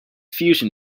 fusion